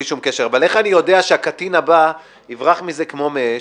אבל איך אני יודע שהקטין הבא יברח מזה כמו מאש?